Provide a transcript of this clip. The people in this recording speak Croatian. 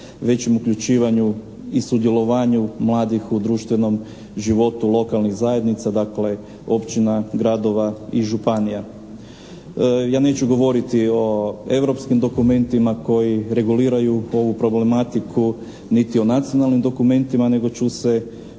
većem uključivanju i sudjelovanju mladih u društvenom životu lokalnih zajednica dakle, općina, gradova i županija. Ja neću govoriti o europskim dokumentima koji reguliraju ovu problematiku, niti o nacionalnim dokumentima nego ću se